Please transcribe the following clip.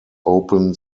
open